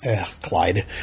Clyde